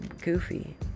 goofy